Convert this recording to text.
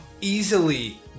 easily